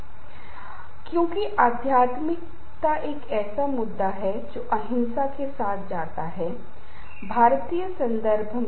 इसी तरह गहरी सांस लें आप गहरी सांस लें इसे कुछ समय के लिए रखें फिर छोड़ दें